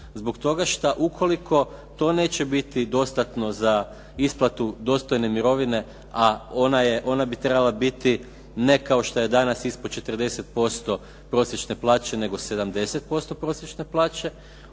zbog toga što ukoliko to neće biti dostatno za isplatu dostojne mirovine, a ona bi trebala biti ne kao što je danas ispod 40% prosječne plaće, nego 70% prosječne plaće,